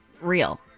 real